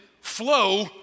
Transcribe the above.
flow